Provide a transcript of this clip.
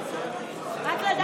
לא,